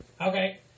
Okay